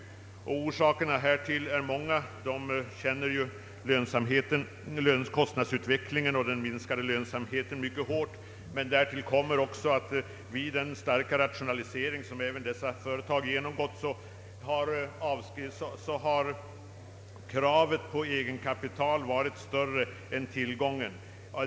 Orsakerna härtill är många. Dessa företag drabbas mycket hårt av kostnadsutvecklingen och den minskade lönsamheten. Men därtill kommer också att kravet på kapital vid den starka rationalisering som även dessa företag har genomgått har varit relativt stort.